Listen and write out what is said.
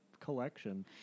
Collection